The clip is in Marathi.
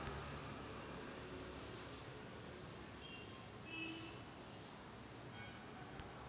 जर शेतीमाल खरेदी करतांनी व्यापाऱ्याच्या वजनात दोष असन त कुठ तक्रार करा लागन?